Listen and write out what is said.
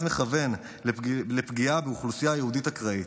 מכוון לפגיעה באוכלוסייה יהודית אקראית.